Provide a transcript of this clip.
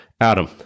Adam